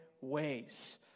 ways